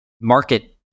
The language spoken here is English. Market